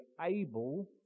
able